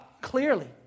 clearly